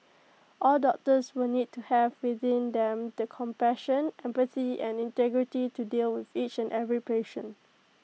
all doctors will need to have within them the compassion empathy and integrity to deal with each and every patient